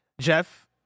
Jeff